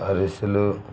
అరిసెలు